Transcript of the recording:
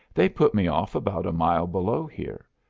they put me off about a mile below here.